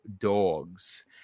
dogs